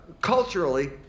culturally